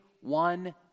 one